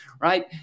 right